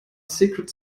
secret